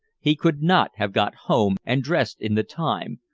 he could not have got home and dressed in the time,